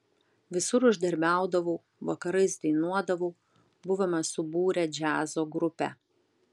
visur uždarbiaudavau vakarais dainuodavau buvome subūrę džiazo grupę